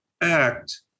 act